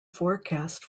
forecast